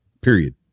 period